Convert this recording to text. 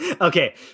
okay